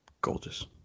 gorgeous